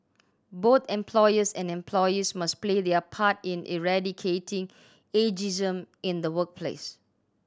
both employers and employees must play their part in eradicating ageism in the workplace